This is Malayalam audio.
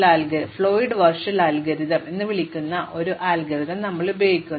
അതിനാൽ ഇത് ഫ്ലോയ്ഡ് വാർഷൽ അൽഗോരിതം എന്ന് വിളിക്കുന്ന ഒരു ഉടനടി അൽഗോരിതം നൽകുന്നു